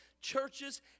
churches